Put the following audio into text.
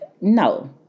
no